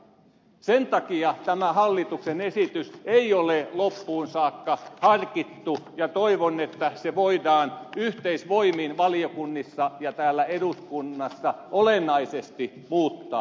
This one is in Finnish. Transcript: sen takia tämä hallituksen esitys ei ole loppuun saakka harkittu ja toivon että sitä voidaan yhteisvoimin valiokunnissa ja täällä eduskunnassa olennaisesti muuttaa